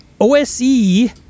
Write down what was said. OSE